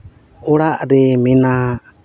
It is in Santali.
ᱚᱲᱟᱜ ᱨᱮ ᱢᱮᱱᱟᱜ